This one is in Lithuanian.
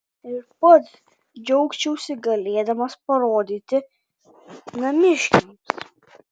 ir pats džiaugčiausi galėdamas parodyti namiškiams